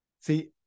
see